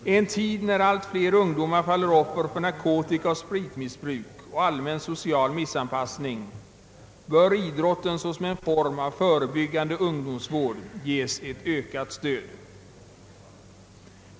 I en tid när allt fler ungdomar faller offer för narkotikaoch spritmissbruk och allmän social missanpassning bör idrotten såsom en form av förebyggande ungdomsvård ges ett ökat stöd.